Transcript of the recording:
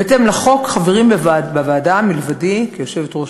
בהתאם לחוק חברים בוועדה מלבדי כיושבת-ראש